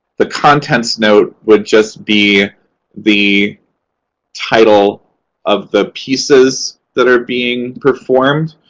the contents note would just be the title of the pieces that are being performed.